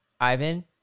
Ivan